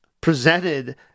presented